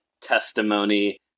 testimony